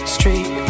Street